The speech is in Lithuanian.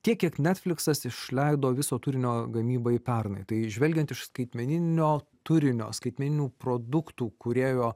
tiek kiek netfliksas išleido viso turinio gamybai pernai tai žvelgiant iš skaitmeninio turinio skaitmeninių produktų kūrėjo